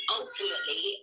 ultimately